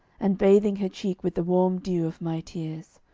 and bathing her cheek with the warm dew of my tears.